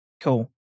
Cool